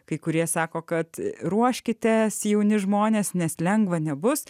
kai kurie sako kad ruoškitės jauni žmonės nes lengva nebus